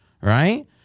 right